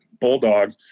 bulldog